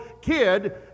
kid